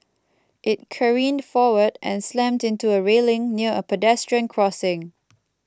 it careened forward and slammed into a railing near a pedestrian crossing